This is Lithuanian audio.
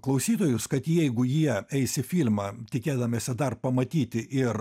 klausytojus kad jeigu jie eis į filmą tikėdamiesi dar pamatyti ir